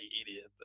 idiot